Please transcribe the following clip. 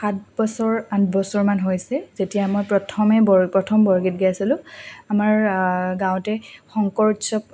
সাত বছৰ আঠ বছৰমান হৈছে যেতিয়া মই প্ৰথমে প্ৰথম বৰগীত গাইছিলোঁ আমাৰ গাঁৱতে শংকৰ উৎসৱ